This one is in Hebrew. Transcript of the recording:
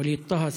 ווליד טאהא,